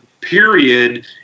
period